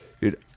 dude